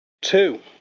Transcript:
Two